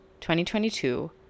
2022